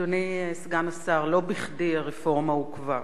אדוני סגן השר, לא בכדי הרפורמה עוכבה.